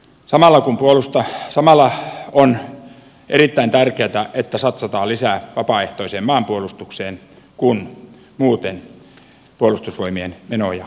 samalla on erittäin tärkeätä että satsataan lisää vapaaehtoiseen maanpuolustukseen kun muuten puolustusvoimien menoja leikataan